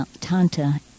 Tanta